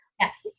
Yes